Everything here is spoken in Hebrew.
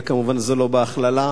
וכמובן זה לא בהכללה,